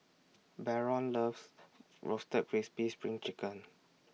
Baron loves Roasted Crispy SPRING Chicken